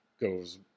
goes